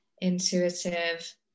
intuitive